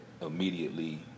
immediately